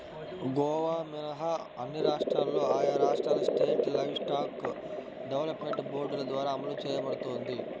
గోవా మినహా అన్ని రాష్ట్రాల్లో ఆయా రాష్ట్రాల స్టేట్ లైవ్స్టాక్ డెవలప్మెంట్ బోర్డుల ద్వారా అమలు చేయబడుతోంది